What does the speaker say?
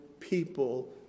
People